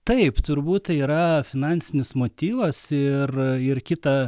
taip turbūt yra finansinis motyvas ir kita